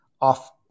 off